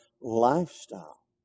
lifestyle